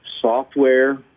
software